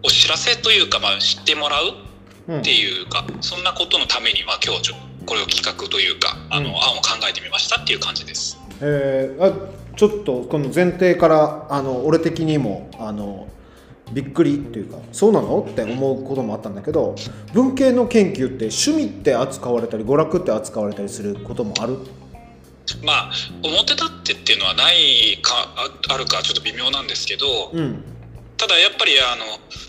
お知らせというか、まあ、知ってもらうっていうか、うん。そんなことのために、まあ、今日ちょ- これを企画というか、あの、うん。案を考えてみましたっていう感じです。えー、あ、ちょっとこの前提から、あの、俺的にも、あの、びっくりっていうか、そうなの？って思うこともあったんだけど、うん。文系の研究って趣味って扱われたり、娯楽って扱われたりすることもある？まあ、表立ってっていうのはないか、あ、あるかちょっと微妙なんですけど、うん。ただやっぱり、あの、